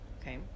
Okay